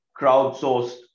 crowdsourced